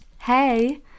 Hey